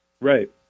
Right